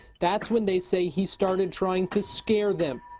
that's when they say he started trying to scare them.